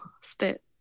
spit